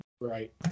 Right